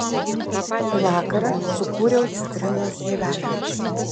tą patį vakarą sukūriau citrinos žievelę